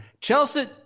Chelsea